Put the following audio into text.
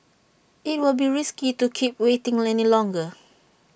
IT will be risky to keep waiting any longer